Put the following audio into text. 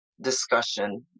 discussion